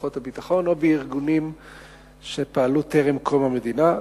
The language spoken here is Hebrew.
בכוחות הביטחון או בארגונים שפעלו טרם קום המדינה.